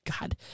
God